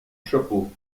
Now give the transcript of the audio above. chapeau